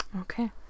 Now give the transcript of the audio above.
Okay